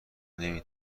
نمی